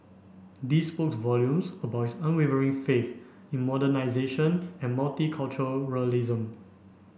this spoke volumes about his unwavering faith in modernisation and multiculturalism